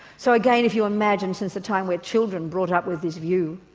so again if you imagine since the time where children brought up with this view,